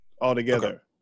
altogether